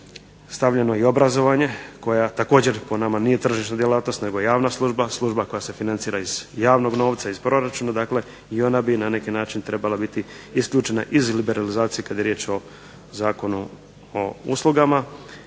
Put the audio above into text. stavljeno i obrazovanje koje također po nama nije tržišna djelatnost nego javna služba, služba koja se financira iz javnog novca, iz proračuna dakle i ona bi na neki način trebala biti isključena iz liberalizacije kada je riječ o Zakonu o uslugama,